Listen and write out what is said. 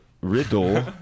riddle